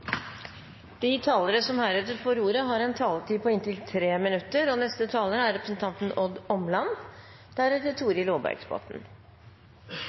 De talere som heretter får ordet, har en taletid på inntil 3 minutter. Fra forskerhold er